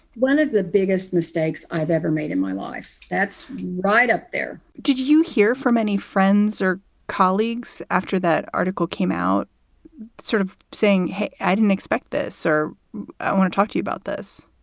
one of the biggest mistakes i've ever made in my life that's right up there did you hear from any friends or colleagues after that article came out sort of saying, i didn't expect this or i want to talk to you about this?